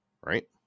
right